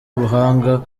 ubuhanga